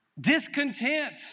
discontent